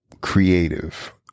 creative